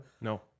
No